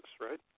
right